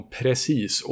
precis